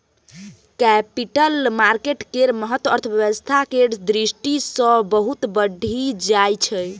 capital market केर महत्व अर्थव्यवस्था केर दृष्टि सँ बहुत बढ़ि जाइ छै